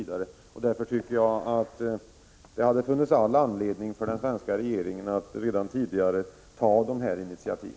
Det hade redan tidigare funnits all anledning för den svenska regeringen att ta dessa initiativ.